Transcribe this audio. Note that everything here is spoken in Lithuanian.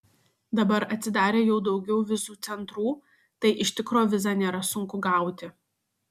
dabar atsidarė jau daugiau vizų centrų tai iš tikro vizą nėra sunku gauti